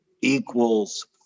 equals